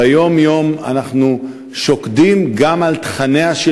ביום-יום אנחנו שוקדים גם על תכניה של